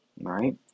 right